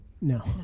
No